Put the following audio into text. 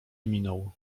minął